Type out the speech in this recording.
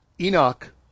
Enoch